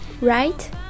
right